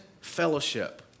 fellowship